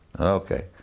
Okay